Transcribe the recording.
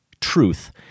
truth